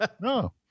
No